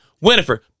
Winifred